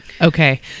Okay